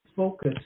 focus